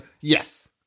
yes